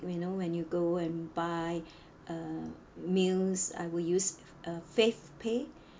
you know when you go and buy uh meals I will use uh favepay